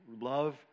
love